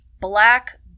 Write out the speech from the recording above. black